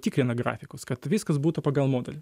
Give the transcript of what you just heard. tikrina grafikus kad viskas būtų pagal modelį